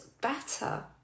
better